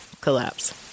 collapse